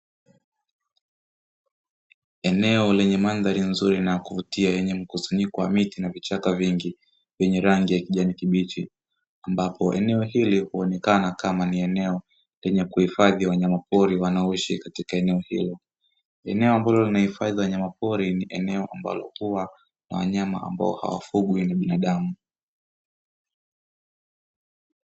Eneo lenye mandhari nzuri na ya kuvutia yenye mkusanyiko wa miti na vichaka vingi yenye rangi ya kijani kibichi , ambapo eneo hili huonekena kama ni eneo lenye kuhifadhi wanyama pori wanaoshi katika eneo hilo. Eneo ambalo linahifadhi wanyama pori ni eneo ambalo huwa ni la wanyama ambao hawafugwi na binadamu.